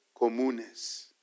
comunes